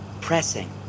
pressing